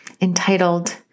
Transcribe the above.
entitled